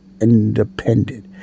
independent